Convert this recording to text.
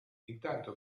intanto